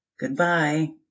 Goodbye